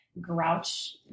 grouch